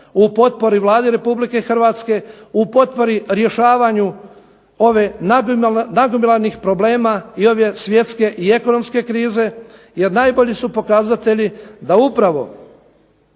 u potpori Vladi Republike Hrvatske, u potpori rješavanja nagomilanih problema i ove svjetske i ekonomske krize jer najbolji su pokazatelji da upravo